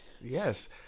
Yes